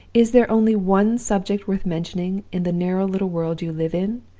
is there only one subject worth mentioning, in the narrow little world you live in?